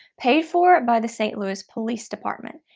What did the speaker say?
paid for by the st. louis police department.